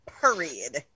Period